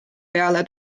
peale